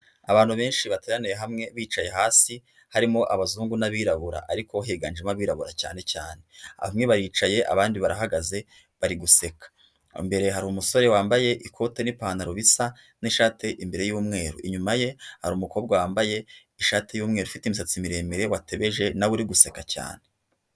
Abantu benshi bateraniye hamwe bicaye hasi, harimo abazungu n'abirabura, ariko higanjemo abirabura cyane cyane, bamwe bariyicaye abandi barahagaze bari guseka, imbere hari umusore wambaye ikote n'ipantaro bisa, n'ishati imbere yumweru inyuma ye hari umukobwa wambaye ishati y'umweru ufite imisatsi miremire watebeje, nawe uri guseka cyane.